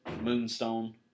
Moonstone